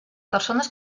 persones